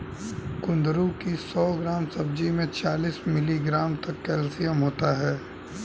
कुंदरू की सौ ग्राम सब्जी में चालीस मिलीग्राम तक कैल्शियम होता है